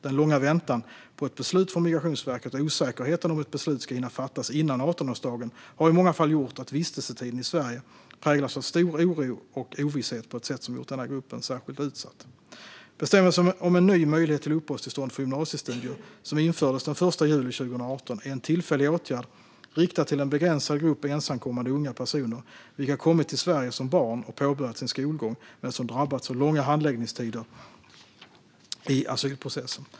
Den långa väntan på ett beslut från Migrationsverket och osäkerheten om ett beslut ska hinna fattas före 18-årsdagen har i många fall gjort att vistelsetiden i Sverige präglats av stor oro och ovisshet på ett sätt som gjort denna grupp särskilt utsatt. Bestämmelsen om en ny möjlighet till uppehållstillstånd för gymnasiestudier, som infördes den 1 juli 2018, är en tillfällig åtgärd riktad till en begränsad grupp ensamkommande unga personer vilka kommit till Sverige som barn och påbörjat sin skolgång men drabbats av långa handläggningstider i asylprocessen.